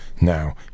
Now